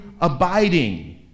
abiding